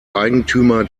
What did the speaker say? eigentümer